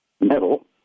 metal